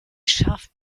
schafft